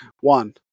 One